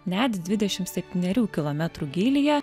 net dvidešimt septynerių kilometrų gylyje